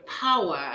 power